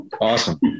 Awesome